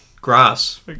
Grass